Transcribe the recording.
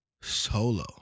Solo